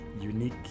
Unique